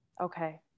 Okay